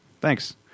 Thanks